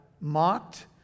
mocked